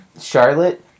Charlotte